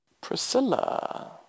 Priscilla